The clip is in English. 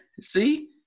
See